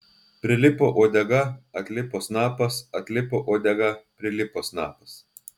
prilipo uodega atlipo snapas atlipo uodega prilipo snapas